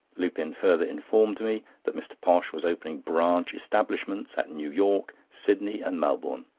lupin further informed me that mr. posh was opening branch establishments at new york, sydney, and melbourne,